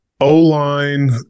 O-line